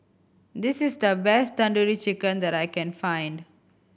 this is the best Tandoori Chicken that I can find